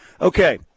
Okay